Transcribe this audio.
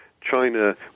China